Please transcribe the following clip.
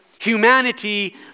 Humanity